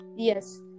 Yes